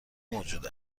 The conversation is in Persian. موجود